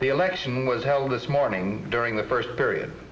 the election was held this morning during the first period